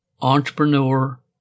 entrepreneur